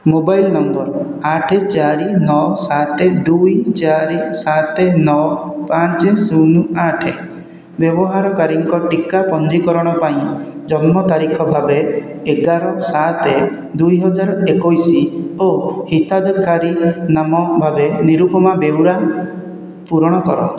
mobile number ଆଠ ଚାରି ନଅ ସାତ ଦୁଇ ଚାରି ସାତ ନଅ ପାଞ୍ଚ ଶୂନ ଆଠ ବ୍ୟବହାରକାରୀଙ୍କ ଟୀକା ପଞ୍ଜୀକରଣ ପାଇଁ ଜନ୍ମ ତାରିଖ ଭାବେ ଏଗାର ସାତ ଦୁଇ ହଜାର ଏକୋଇଶ ଓ ହିତାଧିକାରୀ ନାମ ଭାବେ ନିରୁପମା ବେଉରା ପୂରଣ କର